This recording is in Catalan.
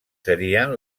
serien